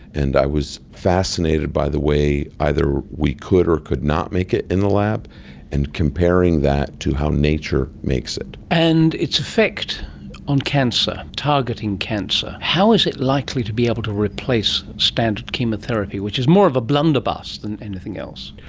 and i was fascinated by the way either we could or could not make it in the lab and comparing that to how nature makes it. and its effect on cancer, targeting cancer, how is it likely to be able to replace standard chemotherapy, which is more of a blunderbuss than anything else?